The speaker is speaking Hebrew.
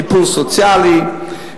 טיפול סוציאלי,